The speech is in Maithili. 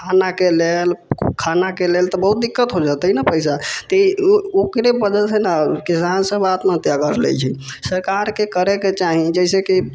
खानाके लेल खानाके लेल तऽ बहुत दिक्कत हो जेतै ने पैसा तऽ उ ओकरे वजहसँ ने किसान सब आत्महत्या कर लै छै सरकारके करैके चाही जैसे कि ओ